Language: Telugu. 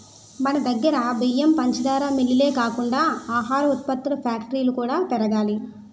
మనదగ్గర బియ్యం, పంచదార మిల్లులే కాకుండా ఆహార ఉత్పత్తుల ఫ్యాక్టరీలు కూడా పెరగాలి